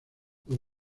los